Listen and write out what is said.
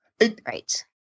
Right